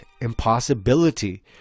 impossibility